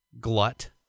glut